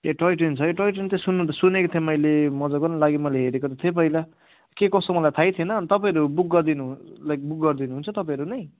ए toy train छ है toy train त सुन्नु त सुनेको थिएँ मैले मजाको न लाग्यो मैले हेरेको त थिएँ पहिला के कसो मलाई थाहै थिएनँ अनि तपाईँहरू बुक गरिदिनु हुन्छ लाइक बुक गरिदिनु हुन्छ तपाईँहरूले